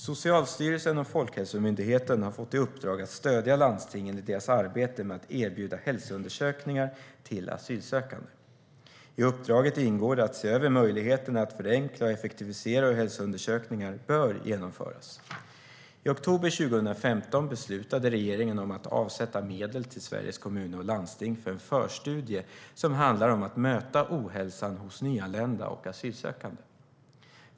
Socialstyrelsen och Folkhälsomyndigheten har fått i uppdrag att stödja landstingen i deras arbete med att erbjuda hälsoundersökningar till asylsökande. I uppdraget ingår det att se över möjligheterna att förenkla och effektivisera hur hälsoundersökningar bör genomföras. I oktober 2015 beslutade regeringen om att avsätta medel till Sveriges Kommuner och Landsting för en förstudie som handlar om att möta ohälsan hos nyanlända och asylsökande.